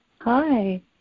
Hi